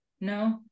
No